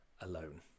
alone